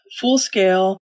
full-scale